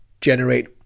generate